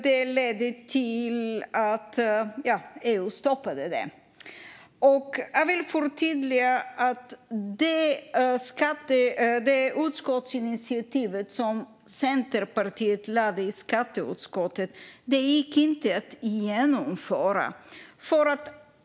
Det ledde till att EU stoppade den. Jag vill förtydliga att det utskottsinitiativ som Centerpartiet föreslog i skatteutskottet inte gick att genomföra.